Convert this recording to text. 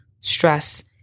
stress